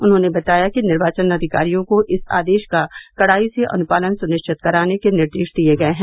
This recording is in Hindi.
उन्होंने बताया कि निर्वाचन अधिकारियों को इस आदेश का कड़ाई से अनुपालन सुनिश्चित कराने के निर्देश दिये गये हैं